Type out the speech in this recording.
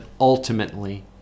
ultimately